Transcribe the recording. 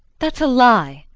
that's a lie.